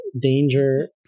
danger